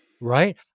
Right